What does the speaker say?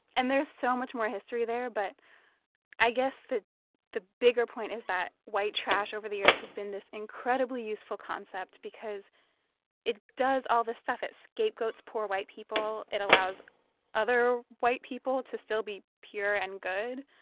and there's so much more history there, but i guess the the bigger point is that white trash over the years has been this incredibly useful concept because it does all this stuff. it scapegoats poor white people. it allows other white people to still be pure and good.